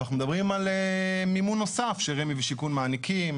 אנחנו מדברים על מימון נוסף ש-רמ"י ושיכון מעניקים